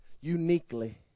uniquely